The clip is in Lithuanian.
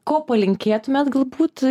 ko palinkėtumėt galbūt